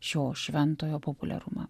šio šventojo populiarumą